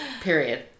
Period